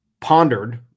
pondered